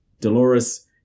Dolores